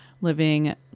living